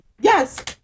Yes